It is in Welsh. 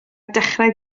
dechrau